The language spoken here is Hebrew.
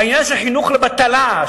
העניין של חינוך לבטלה,